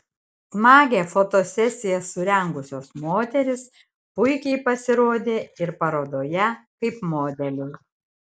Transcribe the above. smagią fotosesiją surengusios moterys puikiai pasirodė ir parodoje kaip modeliai